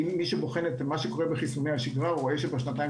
מי שבוחן מה שקורה בחיסוני השגרה רואה שבשנתיים